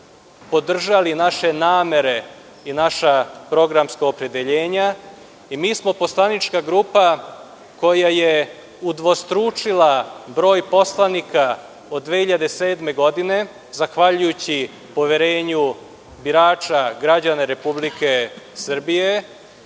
podržali naše namere i naša programska opredeljenja. Mi smo poslanička grupa koja je udvostručila broj poslanika od 2007. godine zahvaljujući poverenju birača građana Republike Srbije